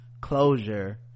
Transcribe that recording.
closure